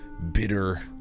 bitter